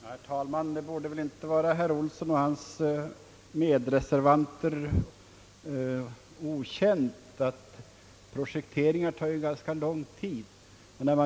Herr talman! Det borde väl inte vara obekant för herr Olsson och hans medreservanter, att projekteringar tar ganska lång tid.